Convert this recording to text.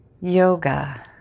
yoga